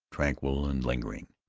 tranquil and lingering.